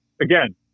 again